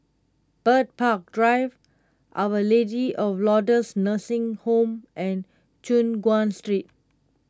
Bird Park Drive Our Lady of Lourdes Nursing Home and Choon Guan Street